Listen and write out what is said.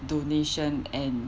donation and